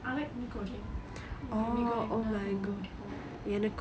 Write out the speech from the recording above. I like mee goreng எனக்கு:enakku mee goreng ரொம்ப பிடிக்கும்:romba pidikkum